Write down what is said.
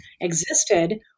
existed